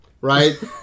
right